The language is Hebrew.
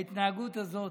ההתנהגות הזאת,